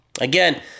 again